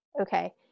Okay